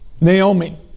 Naomi